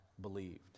believed